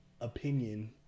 opinion